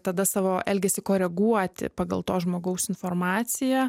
tada savo elgesį koreguoti pagal to žmogaus informaciją